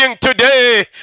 today